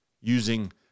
using